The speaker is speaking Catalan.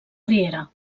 riera